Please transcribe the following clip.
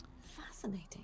Fascinating